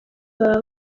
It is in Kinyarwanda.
baba